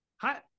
hi